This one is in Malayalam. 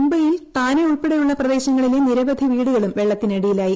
മുംബൈയിൽ താനെ ഉൾപ്പെടെയുള്ള പ്രദേശ്ങ്ങളില്ല നിരവധി വീടുകളും വെള്ള ത്തിനടിയിലായി